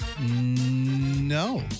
No